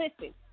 listen